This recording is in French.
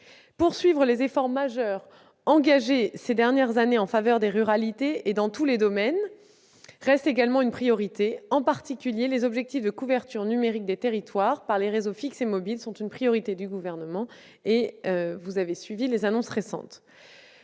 Poursuivre les efforts majeurs engagés ces dernières années en faveur des ruralités dans tous les domaines reste également une priorité. En particulier, la couverture numérique des territoires par les réseaux fixes et mobiles est une priorité du Gouvernement. Vous connaissez les annonces récentes